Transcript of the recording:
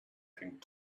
pink